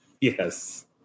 Yes